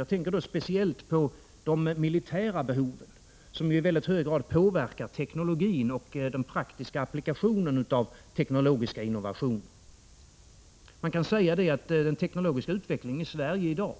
Jag tänker speciellt på de militära behov, som i väldigt hög grad påverkar teknologin och den praktiska applikationen av teknologiska innovationer. Man kan säga att den teknologiska utvecklingen i Sverige i dag,